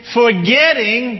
forgetting